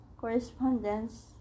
correspondence